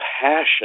passion